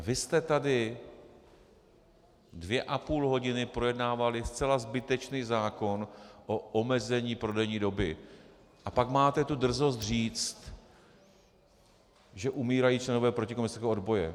Vy jste tady dvě a půl hodiny projednávali zcela zbytečný zákon o omezení prodejní doby, a pak máte tu drzost říct, že umírají členové protikomunistického odboje.